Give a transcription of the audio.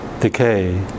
decay